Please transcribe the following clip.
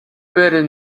bearded